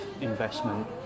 investment